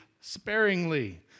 sparingly